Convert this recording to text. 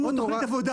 או תוכנית עבודה,